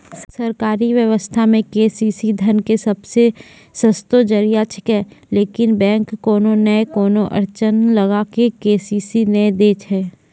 सरकारी व्यवस्था मे के.सी.सी धन के सबसे सस्तो जरिया छिकैय लेकिन बैंक कोनो नैय कोनो अड़चन लगा के के.सी.सी नैय दैय छैय?